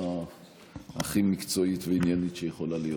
הכי מקצועית ועניינית שיכולה להיות.